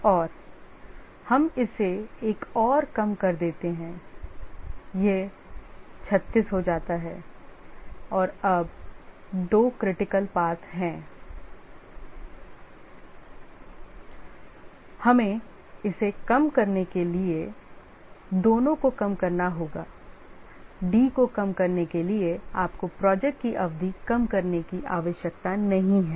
और हम इसे एक और कम कर देते हैं यह 36 हो जाता है और अब दो critical path हैं हमें इसे कम करने के लिए दोनों को कम करना होगाD को कम करने के लिए आपको प्रोजेक्ट की अवधि कम करने की आवश्यकता नहीं है